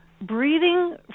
breathing